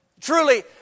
truly